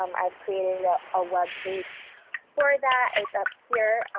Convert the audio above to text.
um i've created a web page for that. it's up here.